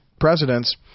presidents